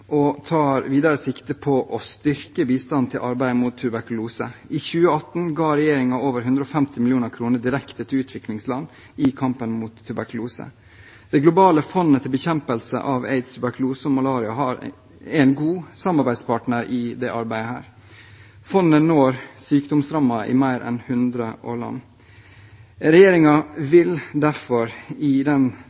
og tar videre sikte på å styrke bistanden til arbeidet mot tuberkulose. I 2018 ga regjeringen over 150 mill. kr direkte til utviklingsland i kampen mot tuberkulose. Det globale fondet for bekjempelse av aids, tuberkulose og malaria er en god samarbeidspartner i dette arbeidet. Fondet når sykdomsrammede i mer enn 100 land. Regjeringen vil derfor i den